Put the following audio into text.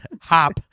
hop